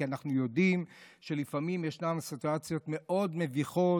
כי אנחנו יודעים שלפעמים ישנן סיטואציות מאוד מביכות